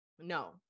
No